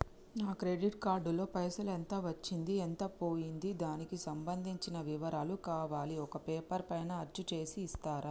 నా credit card లో పైసలు ఎంత వచ్చింది ఎంత పోయింది దానికి సంబంధించిన వివరాలు కావాలి ఒక పేపర్ పైన అచ్చు చేసి ఇస్తరా?